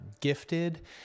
gifted